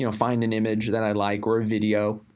you know find an image that i like, or a video.